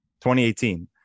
2018